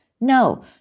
no